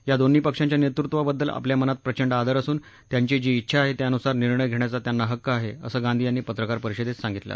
या दोन्ही पक्षांच्या नेतृत्वाबद्दल आपल्या मनात प्रचंड आदर असून त्यांची जी इच्छा आहे त्यानुसार निर्णय घेण्याचा त्यांना हक्क आहे असं गांधी यांनी पत्रकार परिषदेत सांगितलं